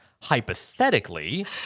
hypothetically